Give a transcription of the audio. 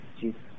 Jesus